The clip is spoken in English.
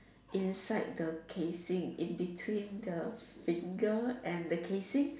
inside the casing in between the finger and the casing